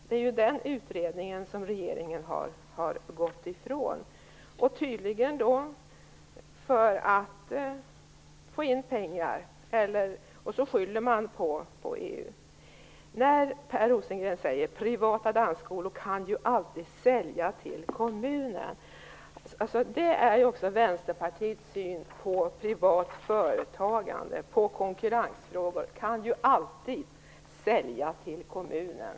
Men den utredningen har regeringen gått ifrån, tydligen för att få in pengar, och så skyller man på EU. Per Rosengren talar om att privata dansskolor ju alltid kan sälja till kommunen. Det är Vänsterpartiets syn på privat företagande och konkurrensfrågor: Man kan ju alltid sälja till kommunen.